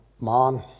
man